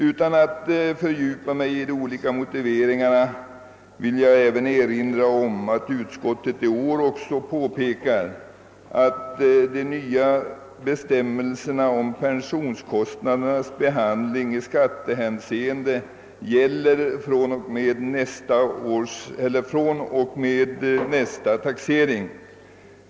Utan att fördjupa mig i de olika motiveringarna vill jag erinra om — något som utskottet i år också påpekar — att de nya bestämmelserna om pensionskostnadernas behandling i skattehänseende gäller från och med nästa taxering.